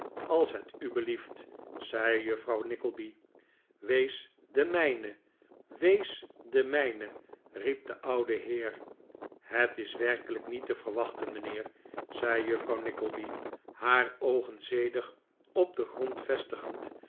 als het u belieft zei juffrouw nickleby wees de mijne wees de mijne riep de oude heer het is werkelijk niet te verwachten mijnheer zei juffrouw nickleby haar oogen zedig op den grond vestigend